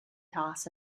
toss